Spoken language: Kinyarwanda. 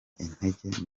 intege